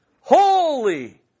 holy